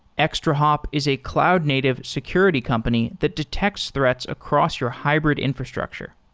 extrahop is a cloud-native security company that detects threats across your hybrid infrastructure.